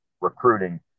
recruiting